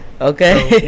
okay